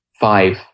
five